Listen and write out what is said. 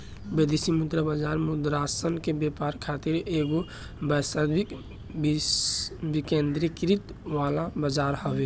विदेशी मुद्रा बाजार मुद्रासन के व्यापार खातिर एगो वैश्विक विकेंद्रीकृत वाला बजार हवे